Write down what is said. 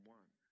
one